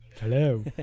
hello